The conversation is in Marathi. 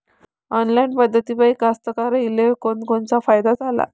ऑनलाईन पद्धतीपायी कास्तकाराइले कोनकोनचा फायदा झाला हाये?